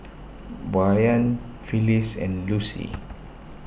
Brayan Phyliss and Lucy